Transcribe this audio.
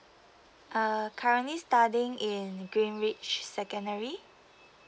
uh currently studying in greenridge secondary